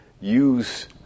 use